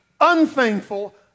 unthankful